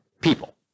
people